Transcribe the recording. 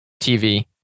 TV